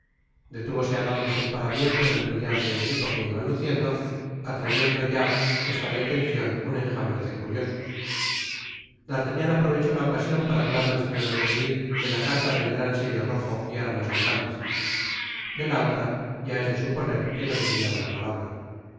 detúvose á darles el parabien por el britlante equipo que iban luciendo atrayendo ya esta detencion un enjambre de curiosos d'artagnan aprovechó la ocasion para hablar al señor de treville de la carta del gran sello rojo y armas ducales de la otra ya es de suponer que no diria una palabra